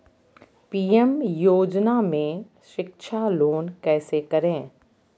PM योजना में शिक्षा लोन कैसे करें?